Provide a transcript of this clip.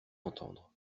entendre